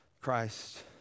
Christ